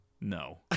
No